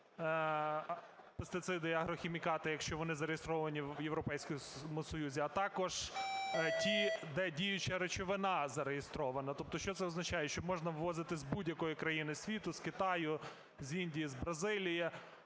пестициди й агрохімікати, якщо вони зареєстровані в Європейському Союзі, а також ті, де діюча речовина зареєстрована. Тобто що це означає? Що можна ввозити з будь-якої країни світу – з Китаю, з Індії, з Бразилії,